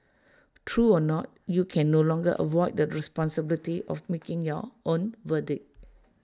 true or not you can no longer avoid the responsibility of making your own verdict